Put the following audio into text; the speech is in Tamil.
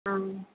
ஆ